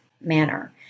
manner